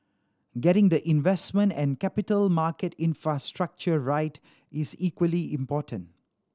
getting the investment and capital market infrastructure right is equally important